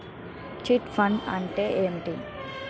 Chit fund అంటే ఏంటి?